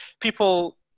people